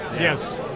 Yes